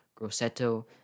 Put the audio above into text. Grosseto